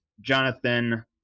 Jonathan